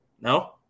No